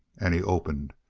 and he opened.